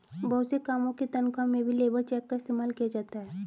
बहुत से कामों की तन्ख्वाह में भी लेबर चेक का इस्तेमाल किया जाता है